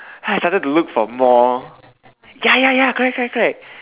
then I started to look for more ya ya ya correct correct correct